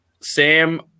Sam